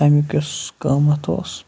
تَمیُک یُس قۭمَتھ اوس